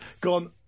gone